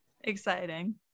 Exciting